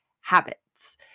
habits